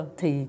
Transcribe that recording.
thì